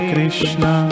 Krishna